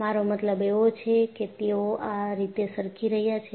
મારો મતલબ એવો છે કે તેઓ આ રીતે સરકી રહ્યા છે